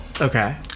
okay